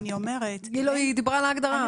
היא דיברה על ההגדרה.